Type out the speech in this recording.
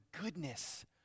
goodness